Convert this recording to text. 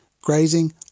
grazing